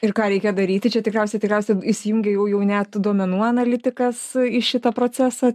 ir ką reikia daryti čia tikriausiai tikriausiai įsijungia jau jau net duomenų analitikas į šitą procesą